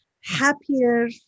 happier